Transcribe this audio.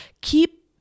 keep